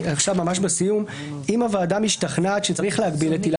אם הוועדה משתכנעת שצריך להגביל את עילת